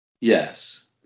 yes